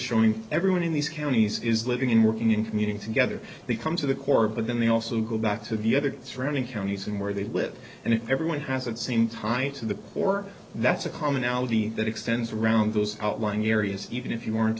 showing everyone in these counties is living and working in commuting together they come to the core but then they also go back to the other threatening counties and where they live and if everyone has at same time to the or that's a commonality that extends around those outlying areas even if you aren't